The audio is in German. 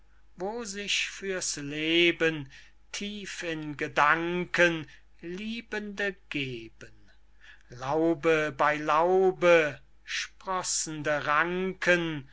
wo sich für's leben tief in gedanken liebende geben laube bey laube sprossende ranken